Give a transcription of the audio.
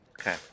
Okay